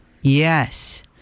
Yes